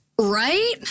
right